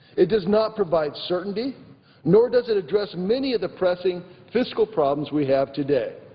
it does not provide certainty nor does it address many of the pressing fiscal problems we have today.